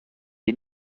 les